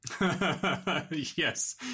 yes